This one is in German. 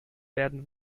werden